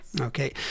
Okay